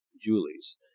julie's